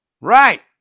Right